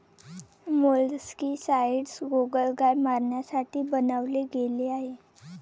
molluscicides गोगलगाय मारण्यासाठी बनवले गेले आहे